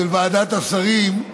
של ועדת השרים,